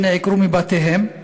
שנעקרו מבתיהם.